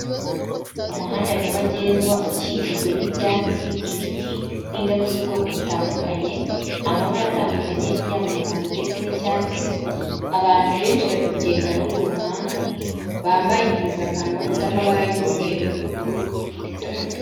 Umuhanda nyabagendwa ukikijwe n'ibyatsi, ibiti, n'indabo z'ubwoko butandukanye, amabara atandukanye, yaba umuhondo ndetse n'icyatsi, abantu benshi bari kugenda muri uwo muhanda, bambaye impuzankano z'amabara y'umweru n'ubururu ndetse n'umutuku.